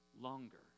longer